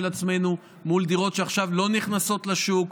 עצמנו מול דירות שעכשיו לא נכנסות לשוק.